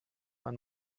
man